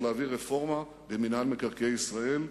להביא רפורמה במינהל מקרקעי ישראל.